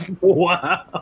Wow